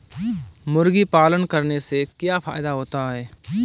मुर्गी पालन करने से क्या फायदा होता है?